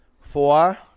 Four